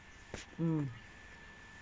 mm